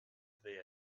they